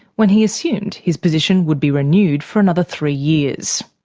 when he assumed his position would be renewed for another three years.